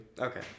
Okay